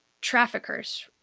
traffickers